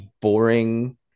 boring